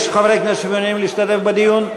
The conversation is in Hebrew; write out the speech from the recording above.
יש חברי כנסת שמעוניינים להשתלב בדיון?